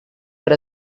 per